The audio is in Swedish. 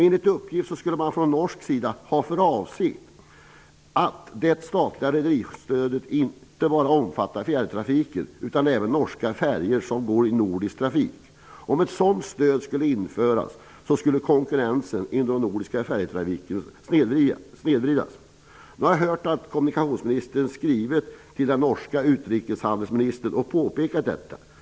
Enligt uppgift skulle man från norsk sida ha för avsikt att låta det statliga rederistödet omfatta inte bara fjärrtrafiken utan även norska färjor som går i nordisk trafik. Om ett sådant stöd införs skulle konkurrensen inom den nordiska färjetrafiken snedvridas. Nu har jag hört att kommunikationsministern skrivit till den norske utrikeshandelsministern och påpekat detta.